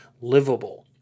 livable